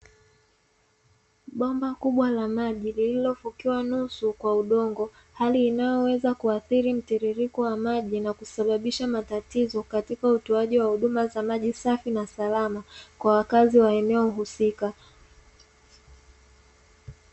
Bomba kubwa la maji lililofukiwa nusu kwa udongo hali inayoweza kuathiri mtiririko wa maji na kusababisha matatizo katika utoaji wa maji safi na salama kwa wakazi wa eneo husika.